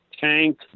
tank